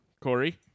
Corey